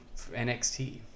NXT